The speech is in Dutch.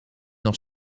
nog